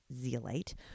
zeolite